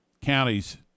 counties